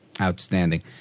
outstanding